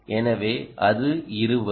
எனவே அது 20